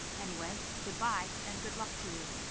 anyway, good bye, and good luck to you.